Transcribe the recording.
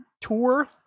tour